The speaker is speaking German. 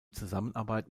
zusammenarbeit